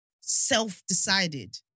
self-decided